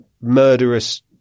murderous